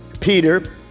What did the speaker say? Peter